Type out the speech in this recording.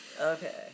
Okay